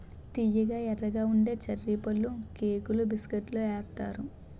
తియ్యగా ఎర్రగా ఉండే చర్రీ పళ్ళుకేకులు బిస్కట్లలో ఏత్తారు